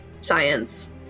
science